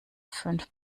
fünf